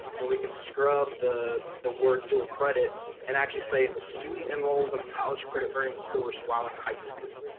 and we can scrub the the word dual credit and actually say if a student enrolls in a college credit brand course while they're in high school,